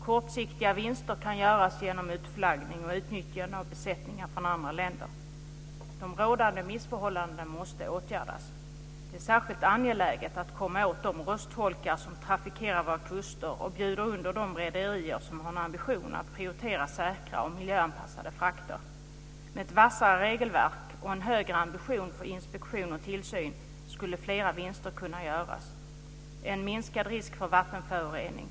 Kortsiktiga vinster kan göras genom utflaggning och utnyttjande av besättningar från andra länder. De rådande missförhållandena måste åtgärdas. Det är särskilt angeläget att komma åt de rostholkar som trafikerar våra kuster och bjuder under de rederier som har ambitionen att prioritera säkra och miljöanpassade frakter. Med ett vassare regelverk och en högre ambitionsnivå i fråga om inspektion och tillsyn skulle flera vinster kunna göras. Det skulle bli minskad risk för vattenförorening.